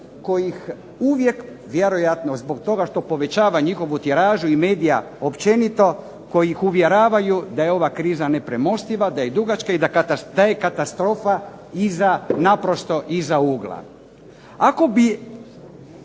kojih uvijek vjerojatno zbog toga što povećava njihovu tiražu i medija općenito koji ih uvjeravaju da je ova kriza nepremostiva, da je dugačka, da je katastrofa naprosto iza ugla.